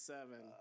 Seven